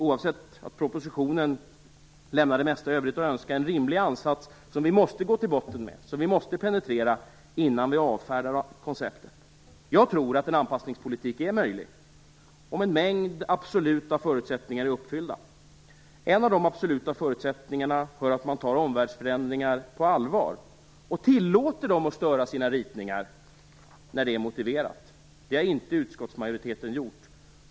Oavsett att propositionen lämnar det mesta i övrigt att önska, ger den en rimlig ansats, som vi måste gå till botten med och penetrera innan vi avfärdar konceptet. Jag tror att en anpassningspolitik är möjlig om en mängd absoluta förutsättningar är uppfyllda. Till en av de absoluta förutsättningarna hör att man tar omvärldsförändringar på allvar och tillåter dem att störa ens ritningar när det är motiverat. Det har inte utskottsmajoriteten gjort.